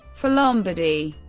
for lombardy,